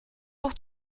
pour